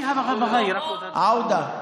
עאודה.